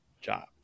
job